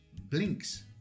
Blinks